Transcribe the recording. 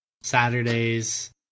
Saturdays